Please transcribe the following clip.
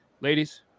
Ladies